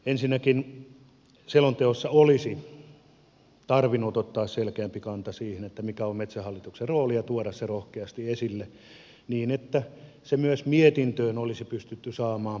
ensinnäkin selonteossa olisi tarvinnut ottaa selkeämpi kanta siihen mikä on metsähallituksen rooli ja tuoda se rohkeasti esille niin että se myös mietintöön olisi pystytty saamaan painokkaammin esille